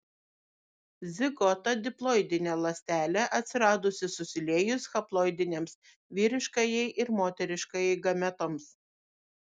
zigota diploidinė ląstelė atsiradusi susiliejus haploidinėms vyriškajai ir moteriškajai gametoms